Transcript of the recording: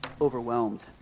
overwhelmed